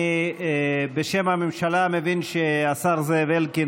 אני מבין שהשר זאב אלקין,